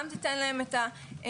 גם תיתן להם את החוסן.